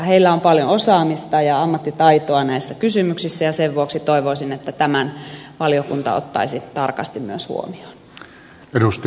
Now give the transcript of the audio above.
heillä on paljon osaamista ja ammattitaitoa näissä kysymyksissä ja sen vuoksi toivoisin että tämän valiokunta ottaisi tarkasti myös huomioon